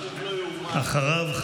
ואחריו,